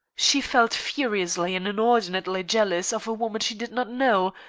she felt furiously and inordinately jealous of a woman she did not know,